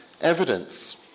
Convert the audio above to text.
evidence